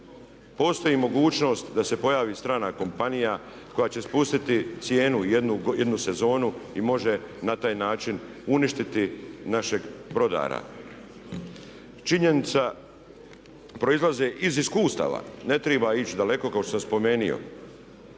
Postoji mogućnost da se pojavi strana kompanija koja će spustiti cijenu jednu sezonu i može na taj način uništiti našeg brodara. Činjenice proizlaze iz iskustava, ne triba ić daleko kao što sam spomenijo.